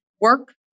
Work